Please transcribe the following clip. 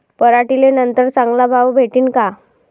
पराटीले नंतर चांगला भाव भेटीन का?